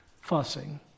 fussing